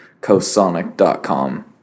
cosonic.com